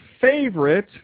favorite